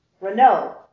Renault